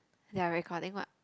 they are recording what